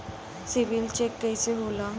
CIBIL check कइसे होला?